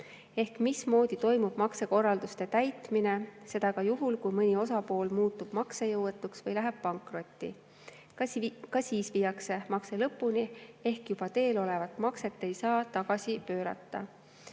see, mismoodi toimub maksekorralduste täitmine, seda ka juhul, kui mõni osapool muutub maksejõuetuks või läheb pankrotti. Ka siis viiakse makse lõpuni ehk juba teel olevat makset ei saa tagasi pöörata.